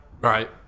Right